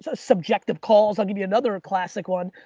so subjective calls, i'll give you another ah classic one.